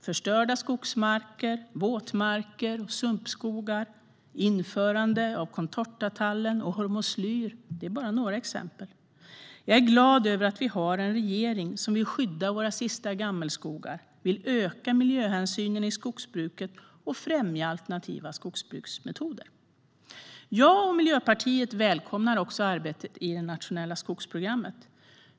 Förstörda skogsmarker, våtmarker och sumpskogar, införande av contortatallen och hormoslyr är bara några exempel. Jag är glad över att vi nu har en regering som vill skydda våra sista gammelskogar, vill öka miljöhänsynen i skogsbruket och främja alternativa skogsbruksmetoder. Jag och Miljöpartiet välkomnar också arbetet i det nationella skogsprogrammet.